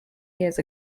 years